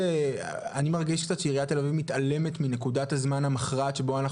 אני מרגיש קצת שעיריית תל אביב מתעלמת מנקודת הזמן המכרעת שבו אנחנו